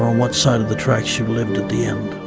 um what side of the tracks you lived at the end.